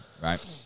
Right